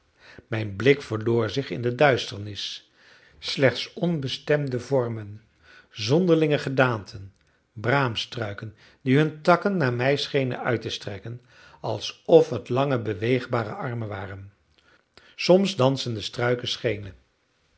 mijn blik verloor zich in de duisternis slechts onbestemde vormen zonderlinge gedaanten braamstruiken die hun takken naar mij schenen uit te strekken alsof het lange beweegbare armen waren soms dansende struiken schenen